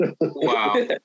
wow